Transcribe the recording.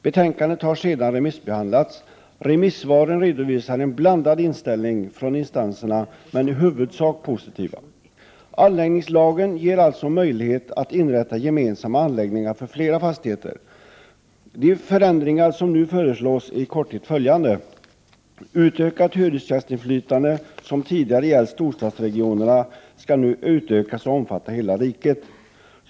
Betänkandet har sedan remissbehandlats. Remissvaren redovisar en blandad inställning från instanserna men är i huvudsak positiva. Anläggningslagen, AL, ger alltså möjlighet att inrätta gemensamma anläggningar för flera fastigheter. De förändringar som nu föreslås är i korthet följande. Utökat hyresgästinflytande, som tidigare gällt storstadsregionerna, skall utökas att omfatta hela riket.